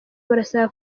barasaba